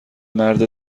مرد